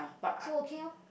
so okay loh